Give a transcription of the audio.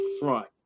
front